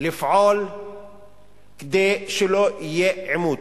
לפעול כדי שלא יהיה עימות,